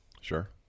Sure